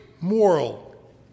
moral